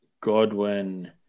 Godwin